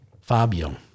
Fabio